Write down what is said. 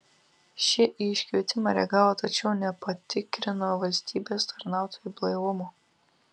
šie į iškvietimą reagavo tačiau nepatikrino valstybės tarnautojų blaivumo